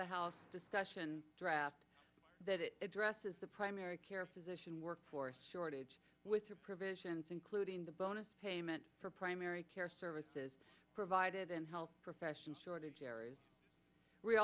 the house discussion draft that it addresses the primary care physician workforce shortage with the provisions including the bonus payment for primary care services provided in health professions shortage areas